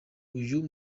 uyu